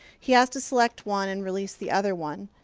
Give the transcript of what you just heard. he has to select one and release the other one.